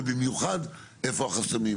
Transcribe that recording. ובמיוחד איפה החסמים,